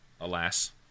alas